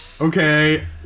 okay